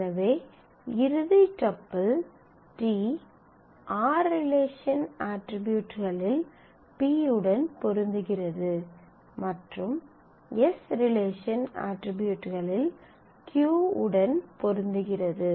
எனவே இறுதி tuple t r relation அட்ரிபியூட்களில் p உடன் பொருந்துகிறது மற்றும் s ரிலேஷன் அட்ரிபியூட்களில் q உடன் பொருந்துகிறது